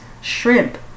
shrimp